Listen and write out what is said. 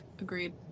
Agreed